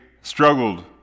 struggled